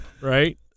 right